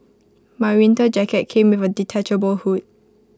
my winter jacket came with A detachable hood